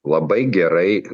labai gerai